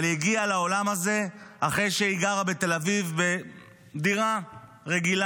אבל היא הגיעה לעולם הזה אחרי שהיא גרה בתל אביב בדירה רגילה,